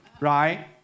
right